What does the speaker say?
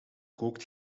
kookt